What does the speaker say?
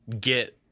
get